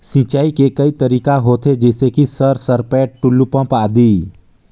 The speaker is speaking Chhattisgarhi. सिंचाई के कई तरीका होथे? जैसे कि सर सरपैट, टुलु पंप, आदि?